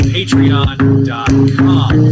Patreon.com